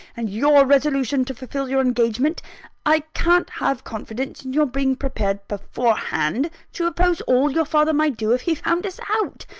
and your resolution to fulfil your engagement i can't have confidence in your being prepared beforehand to oppose all your father might do if he found us out